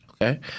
Okay